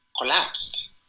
collapsed